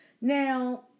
Now